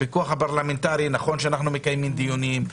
נכון שאנחנו מקיימים דיונים,